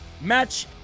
Match